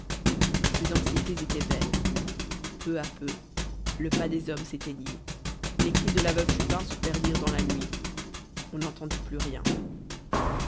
ses anxiétés étaient vaines peu à peu le pas des hommes s'éteignit les cris de la veuve chupin se perdirent dans la nuit on n'entendit plus rien